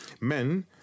men